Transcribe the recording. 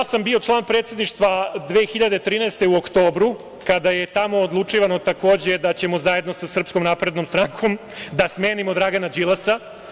Bio sam član predsedništva 2013. godine u oktobru kada je tamo odlučivano takođe da ćemo zajedno sa Srpskom naprednom strankom da smenimo Dragana Đilasa.